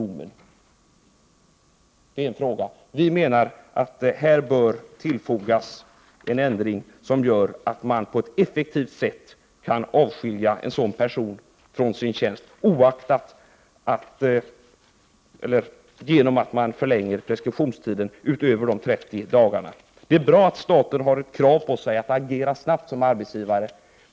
Vi menar att en ändring bör komma till stånd, som innebär att man på ett effektivt sätt kan skilja en sådan person från dennes tjänst genom att man förlänger preskriptionstiden utöver de 30 dagarna. Det är bra att staten har ett krav på sig att agera snabbt som arbetsgivare.